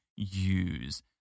Use